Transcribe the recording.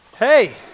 Hey